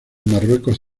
marruecos